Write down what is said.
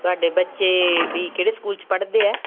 ਤੁਹਾਡੇ ਬੱਚੇ ਵੀ ਕਿਹੜੇ ਸਕੂਲ 'ਚ ਪੜ੍ਹਦੇ ਹੈ